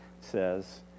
says